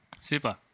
Super